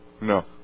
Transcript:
No